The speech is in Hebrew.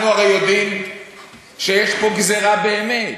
אנחנו הרי יודעים שיש פה גזירה באמת.